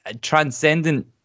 transcendent